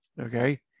okay